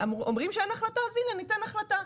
אומרים שאין החלטה אז הנה ניתן החלטה.